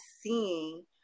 seeing